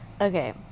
okay